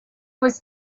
was